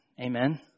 Amen